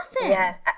Yes